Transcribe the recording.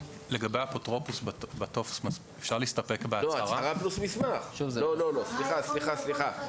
לא, לא חברים.